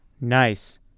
Nice